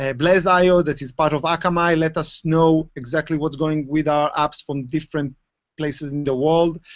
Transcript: ah blaze io, that is part of akamai let us know exactly what's going with our apps from different places in the world.